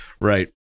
Right